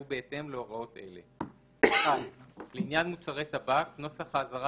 ובהתאם להוראות אלה: (1)לעניין מוצרי טבק נוסח האזהרה